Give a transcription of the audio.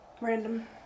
random